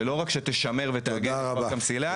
שלא רק שתשמר ותעגן את פארק המסילה,